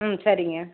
ம் சரிங்க